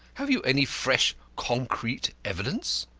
have you any fresh concrete evidence?